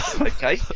Okay